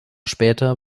später